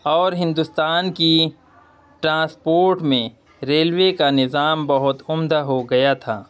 اور ہندوستان کی ٹرانسپورٹ میں ریلوے کا نظام بہت عمدہ ہو گیا تھا